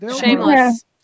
Shameless